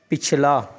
ਪਿਛਲਾ